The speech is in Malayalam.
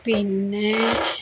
പിന്നെ